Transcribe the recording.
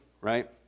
right